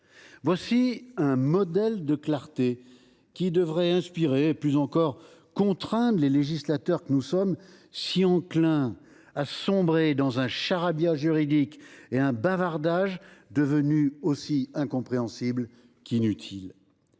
Voilà un modèle de clarté qui devrait inspirer et plus encore contraindre les législateurs que nous sommes, si enclins à sombrer dans un charabia juridique et un bavardage devenus aussi incompréhensibles qu’inutiles.